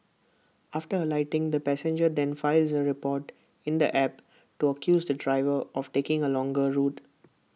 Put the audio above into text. after alighting the passenger then files A report in the app to accuse the driver of taking A longer route